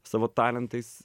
savo talentais